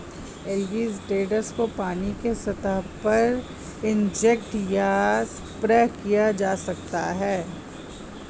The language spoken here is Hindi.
एलगीसाइड्स को पानी की सतह पर इंजेक्ट या स्प्रे किया जा सकता है